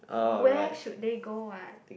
where should they go what